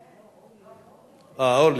סליחה, אורלי.